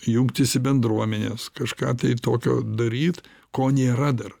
jungtis į bendruomenes kažką tai tokio daryt ko nėra dar